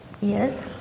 Yes